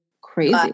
crazy